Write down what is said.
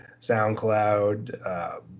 SoundCloud